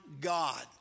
God